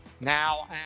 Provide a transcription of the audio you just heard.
now